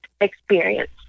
experience